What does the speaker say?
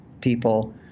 people